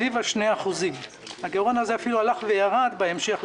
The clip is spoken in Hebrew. סביב 2%. הגירעון הזה אפילו ירד בהמשך,